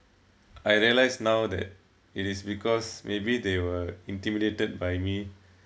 I realize now that it is because maybe they were intimidated by me